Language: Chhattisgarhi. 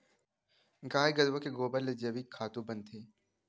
गाय गरूवा के गोबर ले जइविक खातू बनथे